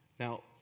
Now